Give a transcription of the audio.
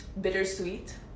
bittersweet